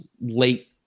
late